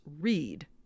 read